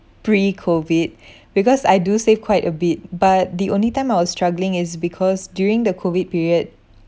pre-COVID because I do save quite a bit but the only time I was struggling is because during the COVID period